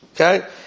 okay